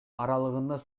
аралыгында